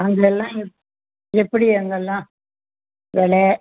அங்கெல்லாம் எப்படி அங்கெல்லாம் விலை